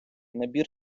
набір